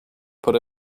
put